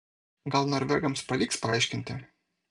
gal norvegams pavyks paaiškinti